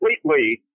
completely